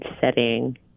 setting